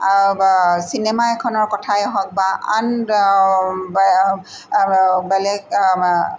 cinema এখনৰ কথাই হওক বা আন বেলেগ